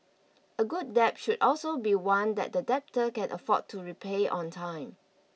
a good debt should also be one that the debtor can afford to repay on time